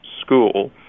school